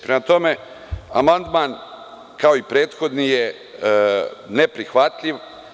Prema tome, amandman, kao i prethodni, je neprihvatljiv.